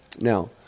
Now